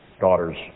daughters